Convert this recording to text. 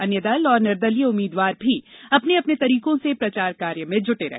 अन्य दल और निर्दलीय उम्मीदवार भी अपने अपने तरीकों से प्रचार कार्य में जुटे रहे